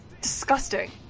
disgusting